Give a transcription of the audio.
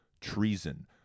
Treason